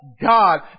God